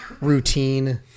routine